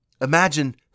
imagine